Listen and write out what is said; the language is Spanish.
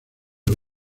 los